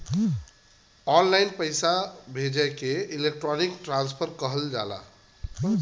online पइसा भेजे के इलेक्ट्रानिक ट्रांसफर कहल जाला